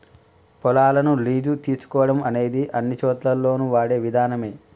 పొలాలను లీజు తీసుకోవడం అనేది అన్నిచోటుల్లోను వాడే విధానమే